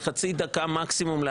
ההצבעה תסתכלו על לוחות הזמנים,